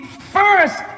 first